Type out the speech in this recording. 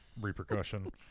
repercussion